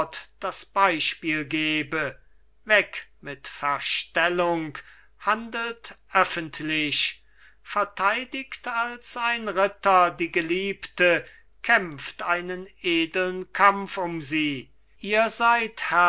das beispiel gebe weg mit verstelllung handelt öffentlich verteidigt als ein ritter die geliebte kämpft einen edeln kampf um sie ihr seid